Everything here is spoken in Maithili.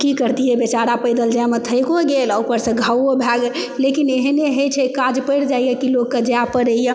की करतियै बेचारा पैदल जाइमे थाइको गेल आ ऊपरसँ घावओ भए गेल लेकिन एहेन होइ छै काज पड़ि जाइए कि लोकके जाय पड़ैयऽ